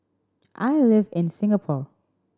I live in Singapore